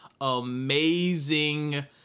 amazing